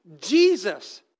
Jesus